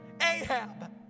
Ahab